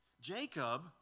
Jacob